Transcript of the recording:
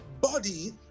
body